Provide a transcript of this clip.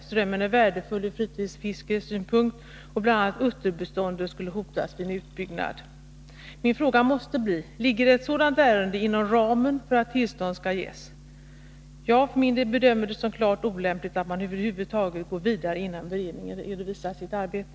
Strömmen är värdefull ur fritidsfiskesynpunkt, och bl.a. utterbeståndet skulle hotas vid en utbyggnad. Min fråga måste bli: Ligger ett sådant ärende inom ramen för förutsättningarna för att tillstånd skall kunna ges? Jag för min del bedömer det som klart olämpligt att över huvud taget gå vidare innan beredningen har redovisat sitt arbete.